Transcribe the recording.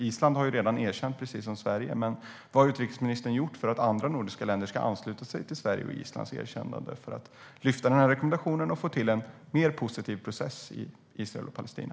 Island har redan erkänt, precis som Sverige, men vad har utrikesministern gjort för att andra nordiska länder ska ansluta sig till Sveriges och Islands erkännande, lyfta fram rekommendationen och få till en mer positiv process i Israel och Palestina?